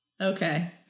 Okay